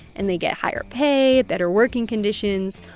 and they get higher pay, better working conditions.